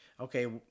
Okay